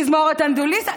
תזמורת אנדלוסית.